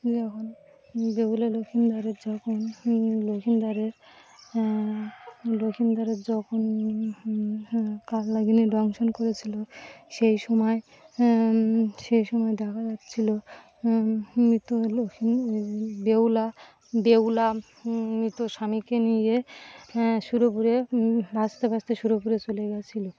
যখন বেহুলা লখিন্দরের যখন লখিন্দরের লখিন্দরের যখন কালনাগিনে দংশন করেছিলো সেই সময় সেই সময় দেখা যাচ্ছিল মৃত লখিন্দরের বেহুলা বেহুলা মৃত স্বামীকে নিয়ে শুরু করে ভাসতে ভাসতে শুরু করে চলে গিয়েছিলো